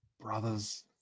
Brothers